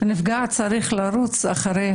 הנפגע צריך לרוץ אחרי